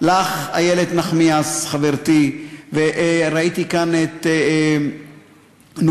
לך, איילת נחמיאס, חברתי, וראיתי כאן את נורית,